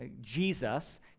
Jesus